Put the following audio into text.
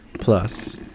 plus